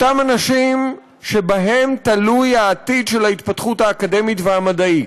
אותם אנשים שבהם תלוי העתיד של ההתפתחות האקדמית והמדעית: